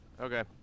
Okay